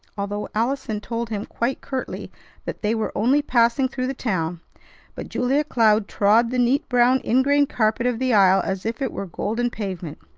although allison told him quite curtly that they were only passing through the town but julia cloud trod the neat brown ingrain carpet of the aisle as if it were golden pavement.